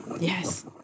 Yes